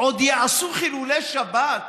עוד יעשו חילולי שבת